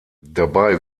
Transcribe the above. dabei